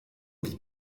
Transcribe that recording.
vit